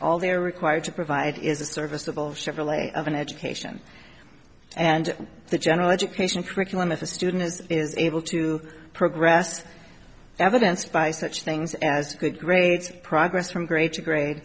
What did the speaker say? all they're required to provide is a serviceable chevrolet of an education and the general education curriculum if a student is able to progress evidence by such things as good grades progress from grade to grade